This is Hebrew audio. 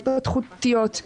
התפתחותיות,